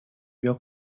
york